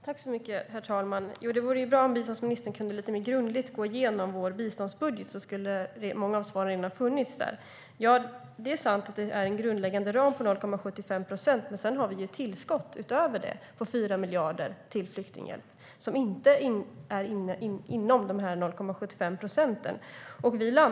Herr talman! Det vore bra om biståndsministern kunde gå igenom vår biståndsbudget lite mer grundligt. Då skulle hon ha funnit många av svaren där. Det är sant att vi föreslår en grundläggande ram på 0,75 procent. Men sedan har vi ju tillskott utöver det på 4 miljarder till flyktingar som inte ingår i de 0,75 procenten.